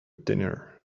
dinner